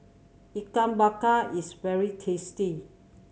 Ikan Bakar is very tasty